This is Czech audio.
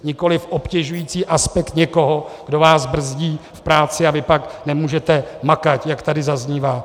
Nikoliv obtěžující aspekt někoho, kdo vás brzdí v práci, a vy pak nemůžete makat, jak tady zaznívá.